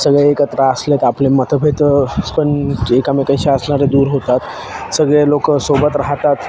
सगळे एकत्र असले तर आपले मतभेद पण एकामेकांशी असणारे दूर होतात सगळे लोकं सोबत राहतात